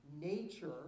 nature